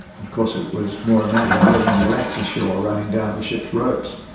of course it was more a matter of letting the rats ashore, running down the ships ropes.